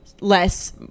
less